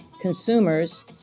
consumers